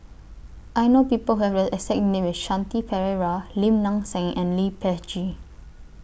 I know People Who Have The exact name as Shanti Pereira Lim Nang Seng and Lee Peh Gee